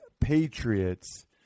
Patriots